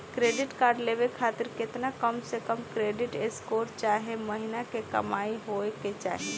Credit card लेवे खातिर केतना कम से कम क्रेडिट स्कोर चाहे महीना के कमाई होए के चाही?